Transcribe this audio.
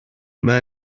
mae